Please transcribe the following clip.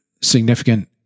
significant